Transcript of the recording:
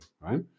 right